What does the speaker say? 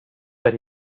but